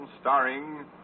starring